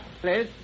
please